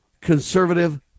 Conservative